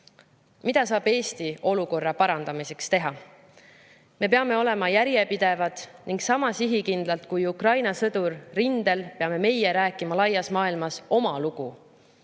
saab Eesti olukorra parandamiseks teha? Me peame olema järjepidevad ning sama sihikindlalt kui Ukraina sõdur rindel peame meie rääkima laias maailmas oma lugu